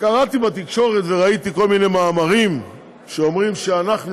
קראתי בתקשורת וראיתי כל מיני מאמרים שאומרים שאנחנו,